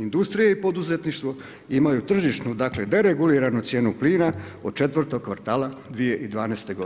Industrija i poduzetništvo, imaju tržišno, dakle dereguliranu cijene plina od 4 kvartala 2011. g.